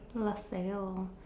Laselle